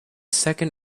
second